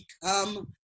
become